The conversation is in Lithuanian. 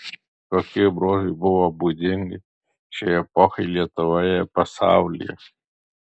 kokie bruožai buvo būdingi šiai epochai lietuvoje ir pasaulyje